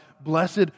blessed